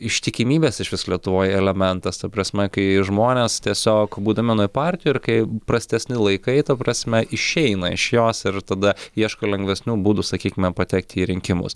ištikimybės išvis lietuvoj elementas ta prasme kai žmonės tiesiog būdami vienoj partijoj ir kai prastesni laikai ta prasme išeina iš jos ir tada ieško lengvesnių būdų sakykime patekti į rinkimus